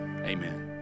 Amen